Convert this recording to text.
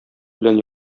белән